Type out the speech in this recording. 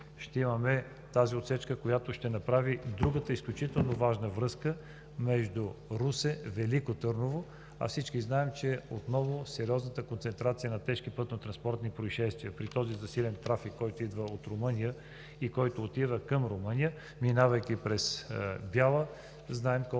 ще имаме отсечката, която ще направи другата изключително важна връзка между Русе и Велико Търново. Всички знаем за сериозната концентрация на тежки пътнотранспортни произшествия при този засилен трафик, който идва от Румъния и отива към Румъния, минавайки през град Бяла, знаем колко са